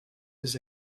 his